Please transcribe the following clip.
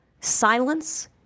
Silence